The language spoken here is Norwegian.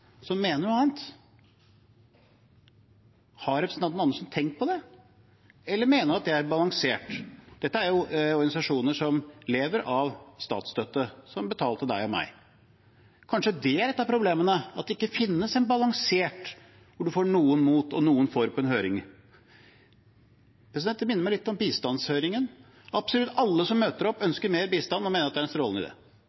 mener noe annet? Har representanten Andersen tenkt på det? Eller mener hun at det er balansert? Dette er organisasjoner som lever av statsstøtte, som er betalt av deg og meg. Kanskje det er ett av problemene – at det ikke finnes en balanse, at man får noen mot og noen for på en høring. Det minner meg litt om bistandshøringer. Absolutt alle som møter opp,